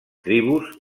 tribus